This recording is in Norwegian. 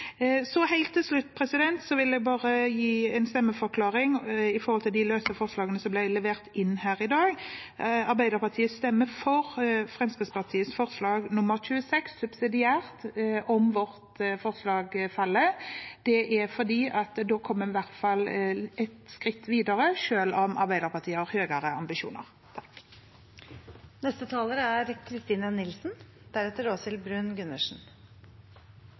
Helt til slutt vil jeg bare gi en stemmeforklaring til de løse forslagene som ble levert inn her i dag. Arbeiderpartiet stemmer subsidiært for forslag nr. 26, fra Fremskrittspartiet, om vårt forslag faller, for da kommer vi i hvert fall ett skritt videre, selv om Arbeiderpartiet har høyere ambisjoner. I landet vårt er